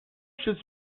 should